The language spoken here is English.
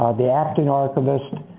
the acting archivist,